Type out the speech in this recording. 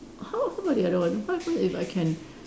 how how about the other one what happens if I can